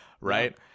Right